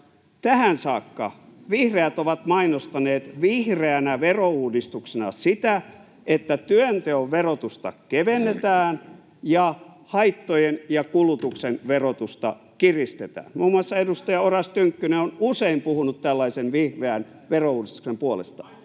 Tähän saakka vihreät ovat mainostaneet vihreänä verouudistuksena sitä, että työnteon verotusta kevennetään ja haittojen ja kulutuksen verotusta kiristetään. Muun muassa edustaja Oras Tynkkynen on usein puhunut tällaisen vihreän verouudistuksen puolesta.